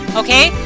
okay